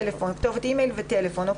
אי-מייל וטלפון.